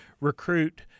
recruit